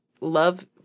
love